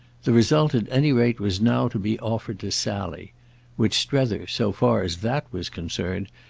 the result at any rate was now to be offered to sally which strether, so far as that was concerned,